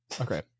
okay